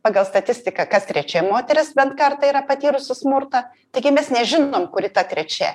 pagal statistiką kas trečia moteris bent kartą yra patyrusios smurtą taigi mes nežinom kuri ta trečia